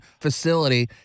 facility